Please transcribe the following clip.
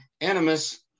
Animus